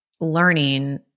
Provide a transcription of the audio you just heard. learning